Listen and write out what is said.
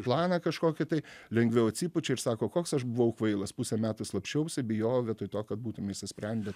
planą kažkokį tai lengviau atsipučia ir sako koks aš buvau kvailas pusę metų slapsčiausi bijojau vietoj to kad būtume išsisprendę